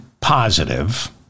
positive